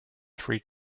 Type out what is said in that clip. free